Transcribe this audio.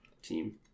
team